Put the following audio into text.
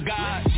God